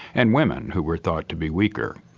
and women, who were thought to be weaker,